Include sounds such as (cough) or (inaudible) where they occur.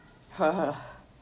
(laughs)